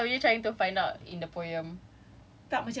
no but like what were you trying to find out in the poem